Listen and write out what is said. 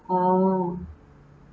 oh